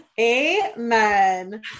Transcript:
Amen